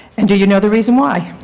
and do you know the reason why?